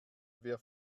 wer